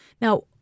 Now